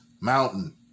mountain